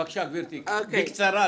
בבקשה, גברתי, בקצרה.